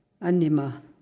Anima